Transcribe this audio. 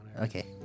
Okay